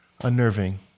unnerving